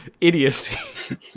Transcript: idiocy